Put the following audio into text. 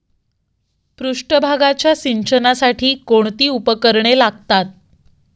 पृष्ठभागाच्या सिंचनासाठी कोणती उपकरणे लागतात?